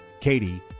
Katie